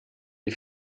des